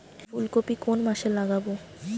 ফুলকপি কোন মাসে লাগাবো?